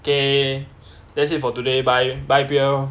okay that's it for today bye bye piere